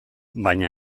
baina